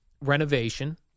renovation